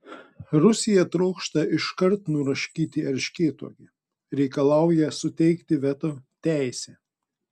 rusija trokšta iškart nuraškyti erškėtuogę reikalauja suteikti veto teisę